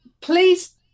please